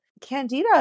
candida